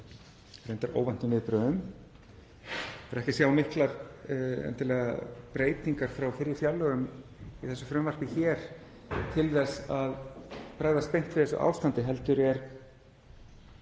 að sjá miklar breytingar frá fyrri fjárlögum í þessu frumvarpi hér til þess að bregðast beint við þessu ástandi heldur er